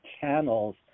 channels